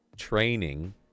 Training